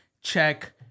check